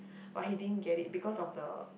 but he didn't get it because of the